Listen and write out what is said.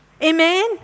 Amen